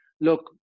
look